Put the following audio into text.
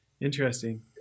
interesting